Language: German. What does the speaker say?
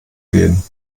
gehen